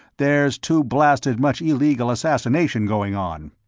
there's too blasted much illegal assassination going on!